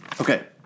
Okay